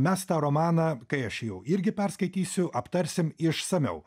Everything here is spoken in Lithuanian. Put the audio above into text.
mes tą romaną kai aš jį jau irgi perskaitysiu aptarsim išsamiau